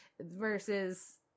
versus